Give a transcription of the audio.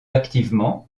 activement